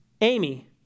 Amy